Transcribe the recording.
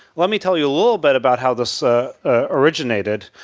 let me tell you a little bit about how this ah ah originated,